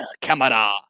camera